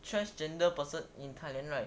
transgender person in thailand right